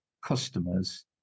customers